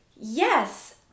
Yes